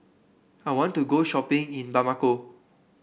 I want to go shopping in Bamako